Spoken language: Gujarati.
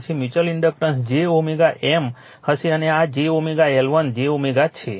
તેથી મ્યુચ્યુઅલ ઇન્ડક્ટન્સ j M હશે અને આ j L1 j છે